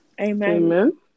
Amen